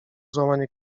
złamanie